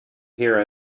hear